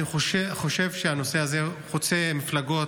אני חושב שהנושא הזה חוצה מפלגות,